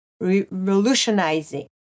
revolutionizing